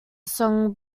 song